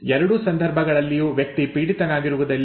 ಎರಡೂ ಸಂದರ್ಭಗಳಲ್ಲಿಯೂ ವ್ಯಕ್ತಿ ಪೀಡಿತನಾಗಿರುವುದಿಲ್ಲ